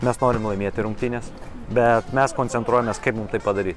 mes norim laimėti rungtynes bet mes koncentruojamės kaip mum tai padary